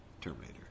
Terminator